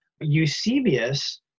Eusebius